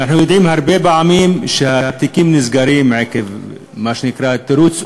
אנחנו יודעים שהרבה פעמים התיקים נסגרים עקב מה שנקרא תירוץ,